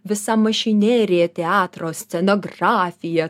visa mašinerija teatro scenografija